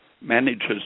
manages